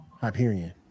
Hyperion